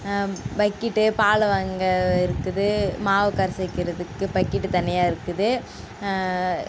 bucket பால் வாங்க இருக்குது மாவு கரைச்சி வைக்கிறதுக்கு பக்கெட்டு தனியாக இருக்குது